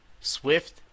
Swift